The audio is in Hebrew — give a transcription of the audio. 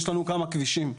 יש לנו כמה כבישים.